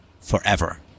forever